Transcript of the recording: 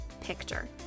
picture